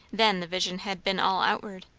then the vision had been all outward.